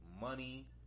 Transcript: Money